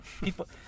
People